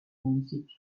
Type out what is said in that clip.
municipio